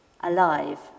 alive